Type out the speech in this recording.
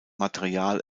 material